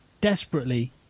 desperately